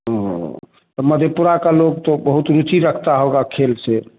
और आ मधेपुरा का लोग तो बहुत रुचि रखता होगा खेल से